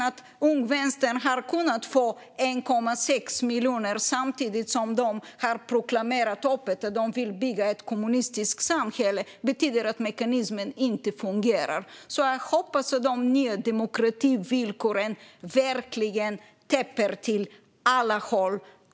Att Ung Vänster har kunnat få 1,6 miljoner samtidigt som de öppet har proklamerat att de vill bygga ett kommunistiskt samhälle betyder att mekanismen inte fungerar. Jag hoppas därför att de nya demokrativillkoren verkligen täpper till alla hål.